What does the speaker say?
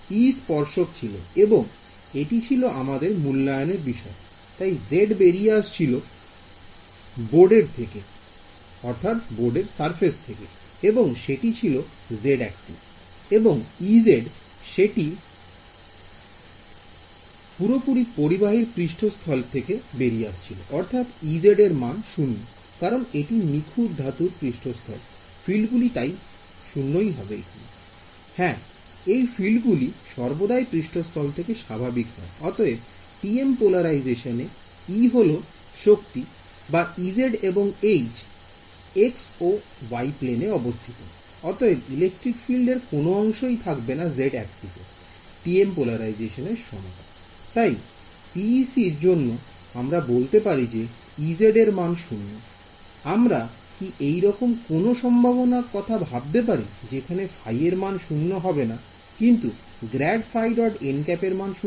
E স্পর্শক ছিল এবং এটি ছিল আমাদের মূল্যায়নের বিষয় I তাই Z বেরিয়ে আসছিল বোর্ডের থেকে এবং সেটি ছিল Z অ্যাক্সিস এবং সেটি জেটি পুরোপুরি পরিবাহীর পৃষ্ঠতল এ থেকে বেরিয়ে আসছিল I অর্থাৎ এর মান 0 কারণ একটি নিখুঁত ধাতুর পৃষ্ঠাস্থলে ফিল্ড গুলি তাই হয় I হ্যাঁ এই ফিল্ড গুলি সর্বদাই পৃষ্ঠতল থেকে স্বাভাবিক হয় I অতএব TM পোলারাইজেশন এ E হল শক্তি যা এবং H x ও y প্লেনে I অতএব ইলেকট্রিক ফিল্ডের কোন অংশই থাকবে না Z এক্সিসে TM পোলারাইজেশন এর সময় I তাই PEC র জন্য আমরা বলতে পারি যে এর মান 0 I আমরা কি এইরকম কোন সম্ভাবনা কথা ভাবতে পারি যেখানে ϕ এর মান শূন্য হবে না কিন্তু ∇ϕ · nˆ এর মান 0